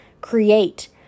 create